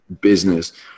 business